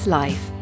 life